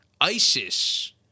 ISIS